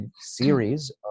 series